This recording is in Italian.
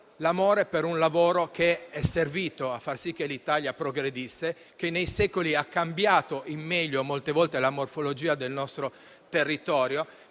l'amore per un lavoro che è servito a far sì che l'Italia progredisse, che nei secoli ha cambiato molte volte in meglio la morfologia del nostro territorio,